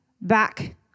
back